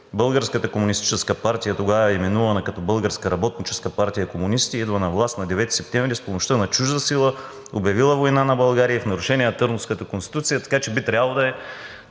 „Българската комунистическа партия, тогава именувана като Българска работническа партия – комунисти, идва на власт на 9 септември с помощта на чужда сила, обявила война на България, и в нарушенията на Търновската конституция“, така че би трябвало да е